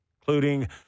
including